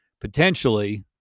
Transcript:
potentially